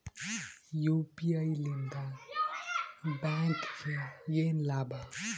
UPI ಲಿಂದ ಬ್ಯಾಂಕ್ಗೆ ಏನ್ ಲಾಭ?